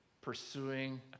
pursuing